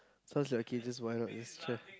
sounds lucky just why not this chair